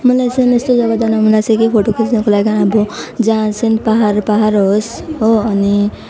मलाई चाहिँ यस्तो जग्गा जान मनलाग्छ कि फोटो खिच्नको लागि हाम्रो जहाँ चाहिँ पाहाड पाहाड होस् हो अनि